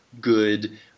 good